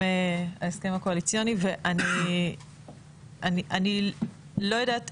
בהסכם הקואליציוני ואני לא יודעת,